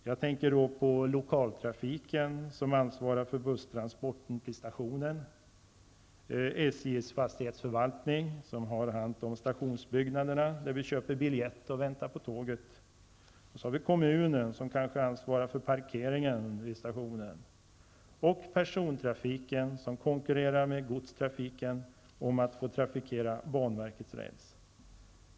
Jag tänker då på lokaltrafiken, som ansvarar för busstransportern till stationen, SJs fastighetsförvaltning, som har hand om stationsbyggnaderna där vi köper biljett och väntar på tåget, kommunen, som kanske ansvarar för parkeringen vid stationen och persontrafiken, som konkurrerar med godstrafiken om att få trafikera banverkets räls.